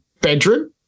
bedroom